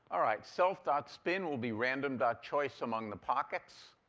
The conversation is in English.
all right, self dot spin will be random dot choice among the pockets.